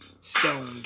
stoned